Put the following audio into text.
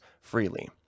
freely